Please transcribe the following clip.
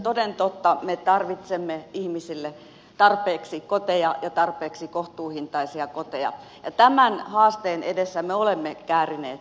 toden totta me tarvitsemme ihmisille tarpeeksi koteja ja tarpeeksi kohtuuhintaisia koteja ja tämän haasteen edessä me olemme käärineet hihat